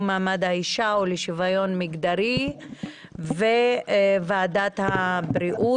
מעמד האישה ולשוויון מגדרי וועדת הבריאות.